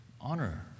honor